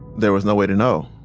there was no way to know.